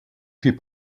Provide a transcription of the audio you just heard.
fit